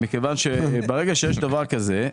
ברגע שיש דבר כזה,